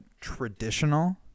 traditional